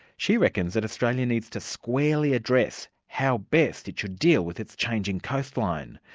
she reckons that australia needs to squarely address how best it should deal with its changing coastline.